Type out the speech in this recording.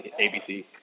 ABC